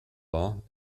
war